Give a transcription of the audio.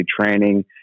training